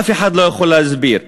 אף אחד לא יכול להסביר אותה.